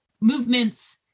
movements